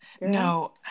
No